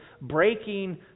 breaking